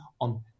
on